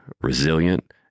resilient